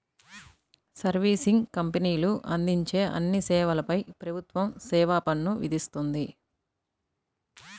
servicing కంపెనీలు అందించే అన్ని సేవలపై ప్రభుత్వం సేవా పన్ను విధిస్తుంది